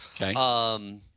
Okay